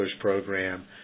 program